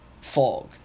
fog